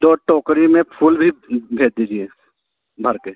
दो टोकरी में फूल भी भेज दीजिए भर कर